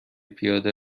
پیاده